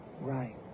Right